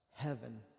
Heaven